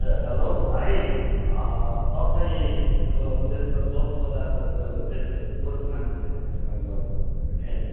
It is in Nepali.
ए हेलो भाइ तपाईँ त्यो ऊ यसको चोक बजारको त्यो ऊ यसको गोरुको मासु बेच्ने दोकानबाट बोल्नुभएको नि है